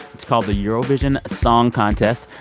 it's called the eurovision song contest.